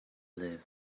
live